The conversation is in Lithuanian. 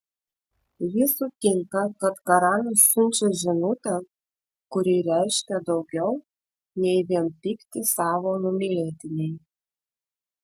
ji sutinka kad karalius siunčia žinutę kuri reiškia daugiau nei vien pyktį savo numylėtinei